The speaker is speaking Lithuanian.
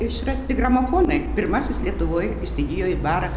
išrasti gramofonai pirmasis lietuvoj įsigijo į dvarą